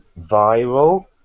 viral